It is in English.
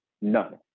none